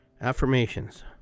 affirmations